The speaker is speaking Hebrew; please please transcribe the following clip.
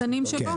קדימה.